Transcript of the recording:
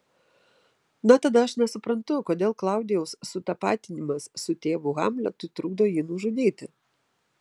na tada aš nesuprantu kodėl klaudijaus sutapatinimas su tėvu hamletui trukdo jį nužudyti